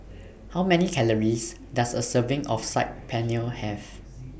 How Many Calories Does A Serving of Saag Paneer Have